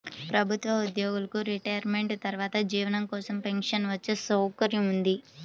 ప్రభుత్వ ఉద్యోగులకు రిటైర్మెంట్ తర్వాత జీవనం కోసం పెన్షన్ వచ్చే సౌకర్యం ఉంది